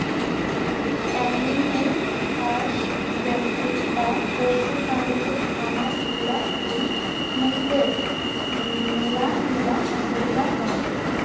animal husbandry বা পশু পালনের খামার গুলা থুই মুইদের মেলাগিলা সুবিধা হসে